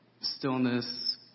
stillness